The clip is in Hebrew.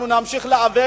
אנחנו נמשיך להיאבק.